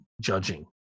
judging